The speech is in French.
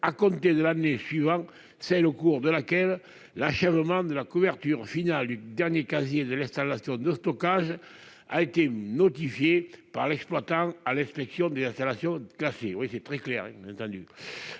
à compter de l'année suivant celle au cours de laquelle l'achèvement de la couverture finale du dernier casier de l'installation de stockage a été notifié par l'exploitant à l'inspection des installations classées, oui, c'est très clair, il n'a entendu